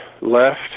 left